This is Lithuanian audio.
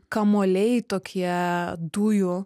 kamuoliai tokie dujų